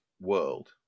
world